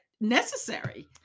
necessary